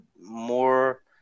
more